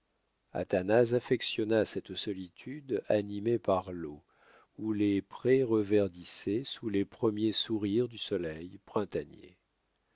athanase affectionna cette solitude animée par l'eau où les prés reverdissaient sous les premiers sourires du soleil printanier